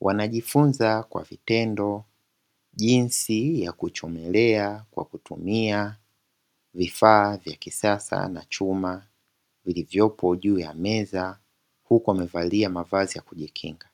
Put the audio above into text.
wanajifunza kwa vitendo jinsi ya kuchomelea na kutumia vifaa vya kisasa na chuma, vilivyopo juu ya meza huku amevalia mavazi ya kujikinga.